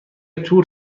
تور